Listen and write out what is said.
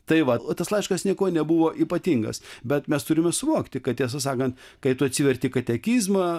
tai va tas laiškas niekuo nebuvo ypatingas bet mes turime suvokti kad tiesą sakant kai tu atsiverti katekizmą